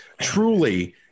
truly